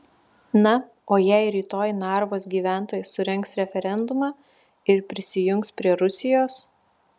na o jei rytoj narvos gyventojai surengs referendumą ir prisijungs prie rusijos